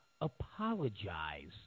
apologize